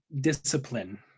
discipline